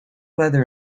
weather